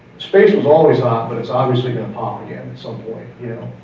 space was always hot, but it's obviously gonna pop again at some point you know.